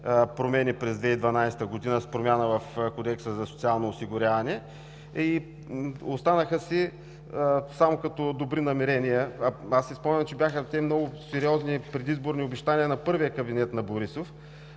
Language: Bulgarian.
промени през 2012 г. с промяна в Кодекса за социално осигуряване и останаха само като добри намерения. Аз си спомням, че те бяха много сериозни предизборни обещания на първия кабинет на Борисов.